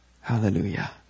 Hallelujah